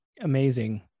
Amazing